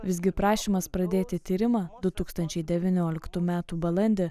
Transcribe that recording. visgi prašymas pradėti tyrimą du tūkstančiai devynioliktų metų balandį